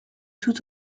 tout